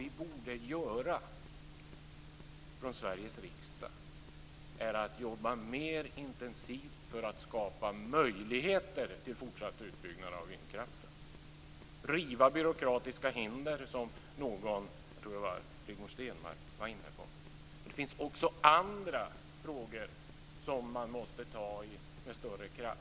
Vad vi från Sveriges riksdag borde göra är att jobba mer intensivt för att skapa möjligheter till fortsatt utbyggnad av vindkraften och riva byråkratiska hinder, som jag tror att Rigmor Stenmark var inne på. Men det finns också andra frågor som man måste ta tag i med större kraft.